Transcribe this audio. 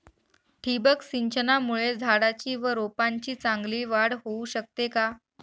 ठिबक सिंचनामुळे झाडाची व रोपांची चांगली वाढ होऊ शकते का?